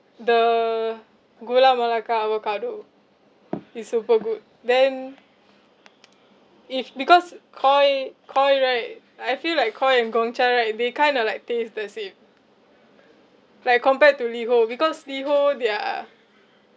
the gula melaka avocado it's super good then if because Koi Koi right I feel like koi and Gongcha right they kind of like taste the same like compared to liho because liho their